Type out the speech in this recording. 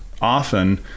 often